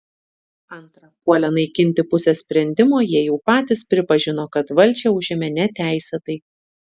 antra puolę naikinti pusę sprendimo jie jau patys pripažino kad valdžią užėmė neteisėtai